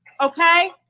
okay